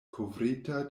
kovrita